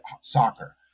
soccer